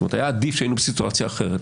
זאת אומרת היה עדיף שהיינו בסיטואציה אחרת,